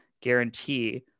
guarantee